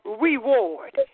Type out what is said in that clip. reward